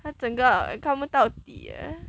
他整个看不到到底 eh